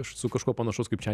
su kažkuo panašaus kaip čia